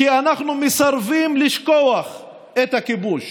כי אנחנו מסרבים לשכוח את הכיבוש,